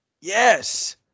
Yes